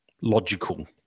logical